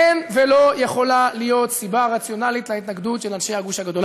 אין ולא יכולה להיות סיבה רציונלית להתנגדות של אנשי הגוש הגדול.